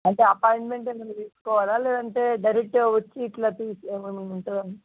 అంటే అపాయింట్మెంట్ ఏమన్న తీసుకోవాలా లేదంటే డైరెక్ట్గా వచ్చి ఇట్లా తీ ఏమేమో ఉంటుంది కదా ఉంటాద